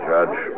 Judge